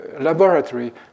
laboratory